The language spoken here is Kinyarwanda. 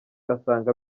asanga